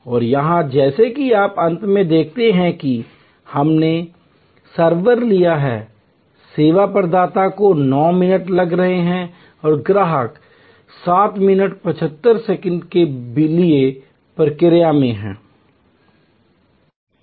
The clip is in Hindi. और यहां जैसा कि आप अंत में देखते हैं कि हमने सर्वर लिया है सेवा प्रदाता को 9 मिनट लग रहे हैं और ग्राहक 775 मिनट के लिए प्रक्रिया में है